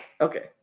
Okay